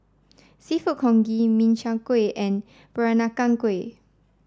seafood congee min chiang kueh and pranakan kueh